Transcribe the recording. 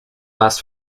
last